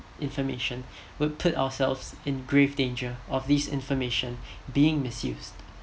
information would put ourselves in grave danger of this information being misused